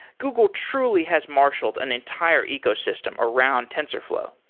google truly has marshaled an entire ecosystem around tensorflow.